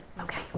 Okay